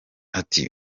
ati